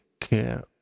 care